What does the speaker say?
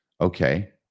Okay